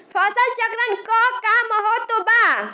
फसल चक्रण क का महत्त्व बा?